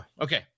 okay